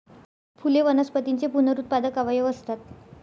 फुले वनस्पतींचे पुनरुत्पादक अवयव असतात